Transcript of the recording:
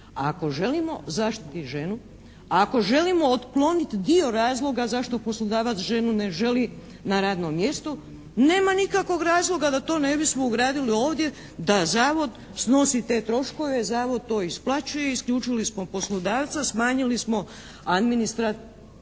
ako želimo zaštititi ženu, ako želimo otkloniti dio razloga zašto poslodavac ženu ne želi na radnom mjestu, nema nikakvog razloga da to ne bismo ugradili ovdje, da Zavod snosi te troškove, Zavod to isplaćuje, isključili smo poslodavca, smanjili smo, skratili